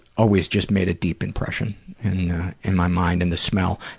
always just made a deep impression in my mind, and the smell.